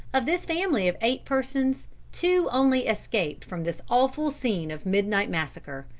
of this family of eight persons two only escaped from this awful scene of midnight massacre.